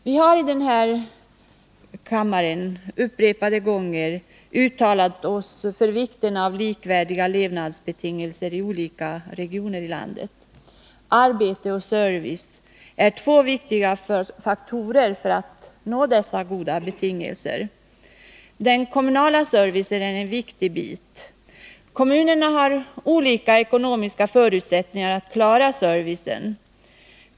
Vi har i denna kammare upprepade gånger framhållit vikten av likvärdiga levnadsbetingelser i olika regioner i landet. Arbete och service är två viktiga faktorer för att nå dessa goda betingelser. Den kommunala servicen är i detta sammanhang en viktig bit. Men kommunerna har olika ekonomiska förutsättningar för att klara denna service.